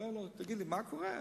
ואמר לו: תגיד לי, מה קורה?